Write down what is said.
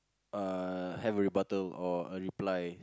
uh have a rebuttal or a reply